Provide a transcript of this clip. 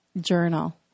journal